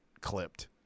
clipped